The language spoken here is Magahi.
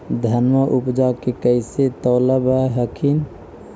धनमा उपजाके कैसे तौलब हखिन?